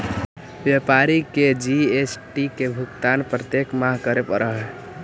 व्यापारी के जी.एस.टी के भुगतान प्रत्येक माह करे पड़ऽ हई